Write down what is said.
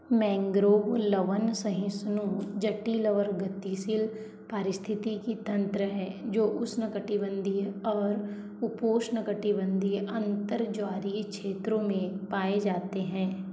mangrove लवण सहिष्णु जटिल और गतिशील पारिस्थितिकी तंत्र है जो ऊष्णकटिबंधीय और उपोष्णकटिबंधीय अंतर ज्वारीय क्षेत्रों में पाए जाते हैं